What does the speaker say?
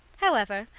however,